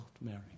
Mary